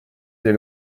des